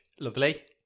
lovely